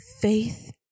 Faith